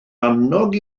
annog